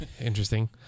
interesting